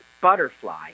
Butterfly